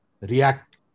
react